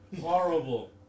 Horrible